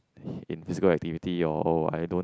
in physical activity or or I don't